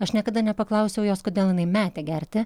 aš niekada nepaklausiau jos kodėl jinai metė gerti